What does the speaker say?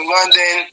London